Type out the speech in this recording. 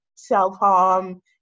self-harm